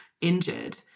injured